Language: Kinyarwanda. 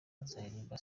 azaririmba